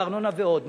בארנונה ועוד.